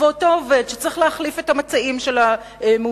ואותו עובד שצריך להחליף את המצעים של המאושפזים,